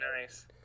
nice